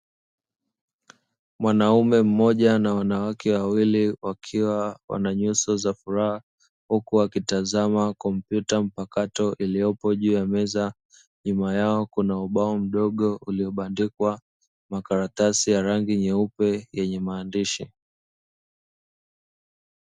Mwanaume mmoja na wanawake wawili wakiwa na nyuso zenye furaha, huku wakitazama kompyuta mpakato iliyopo juu ya meza, nyuma yao kuna ubao mdogo ulio bandikwa makaratasi ya rangi nyeupe yenye maandishi.